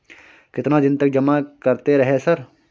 केतना दिन तक जमा करते रहे सर?